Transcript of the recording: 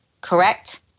Correct